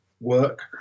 work